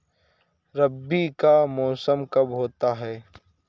रबी का मौसम कब होता हैं?